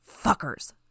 Fuckers